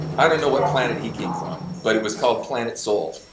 i don't know what planet he came from but it was called planet soul.